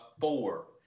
four